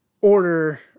order